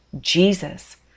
Jesus